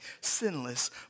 sinless